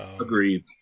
Agreed